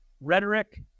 Rhetoric